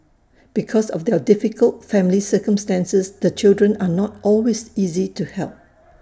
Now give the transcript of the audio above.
because of their difficult family circumstances the children are not always easy to help